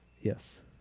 Yes